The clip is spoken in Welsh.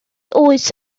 oes